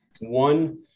One